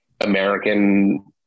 American